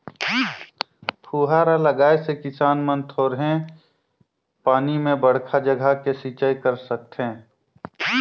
फुहारा लगाए से किसान मन थोरहें पानी में बड़खा जघा के सिंचई कर सकथें